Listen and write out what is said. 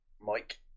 Mike